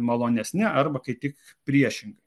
malonesni arba kaip tik priešingai